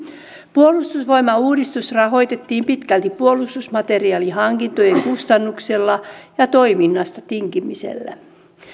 puolustusvoimauudistus rahoitettiin pitkälti puolustusmateriaalihankintojen kustannuksella ja toiminnasta tinkimisellä